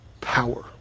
power